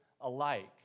alike